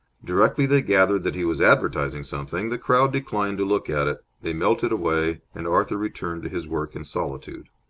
directly they gathered that he was advertising something, the crowd declined to look at it they melted away, and arthur returned to his work in solitude.